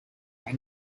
are